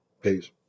peace